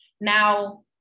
Now